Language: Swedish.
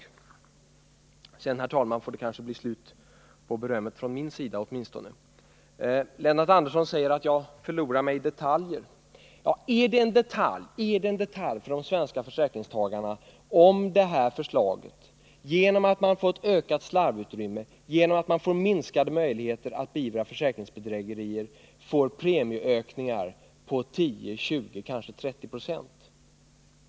Nr 56 Sedan, herr talman, får det kanske bli slut på berömmet, från mig Tisdagen den åtminstone. 18 december 1979 Lennart Andersson säger att jag förlorar mig i detaljer. Men är det en detalj om det här förslaget — genom ökat slarvutrymme, genom minskade möjligheter att beivra försäkringsbedrägerier — medför att de får premieökningar på 10 eller 20 eller kanske 30 26?